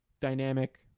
dynamic